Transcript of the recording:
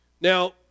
Now